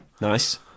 Nice